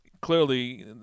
clearly